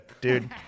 dude